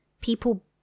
people